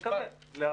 תקבל.